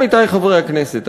עמיתי חברי הכנסת,